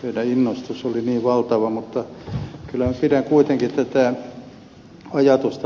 heidän innostuksensa oli niin valtavaa